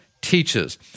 teaches